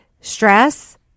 stress